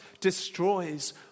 destroys